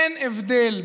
אין הבדל,